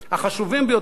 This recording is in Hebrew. החשובים ביותר.